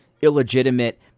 illegitimate